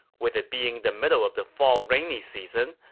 with it being the middle of the fall rainy season,